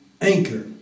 Anchor